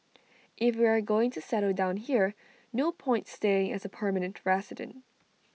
if we are going to settle down here no point staying as A permanent resident